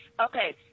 okay